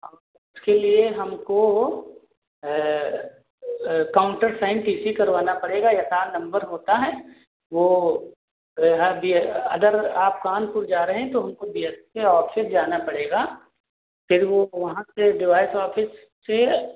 और फिल ये हमको काउन्टर साइन टीसी करवाना पड़ेगा यस आर नम्बर होता है वो हर अदर आप कानपुर जा रए हैं तो हमको बीएससे ऑफ़िस जाना पड़ेगा फिर वो वहाँ से जो है तो ऑफ़िस से